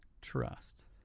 trust